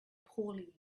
poorly